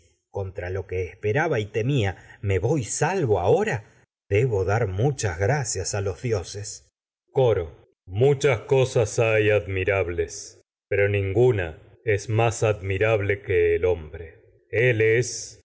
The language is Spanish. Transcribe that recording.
contra lo que esperaba y terniá ahora debo dar muchas gracias a los dioses coro es muchas cosas hay admirables pero ninguna más admirable que el hombre se el es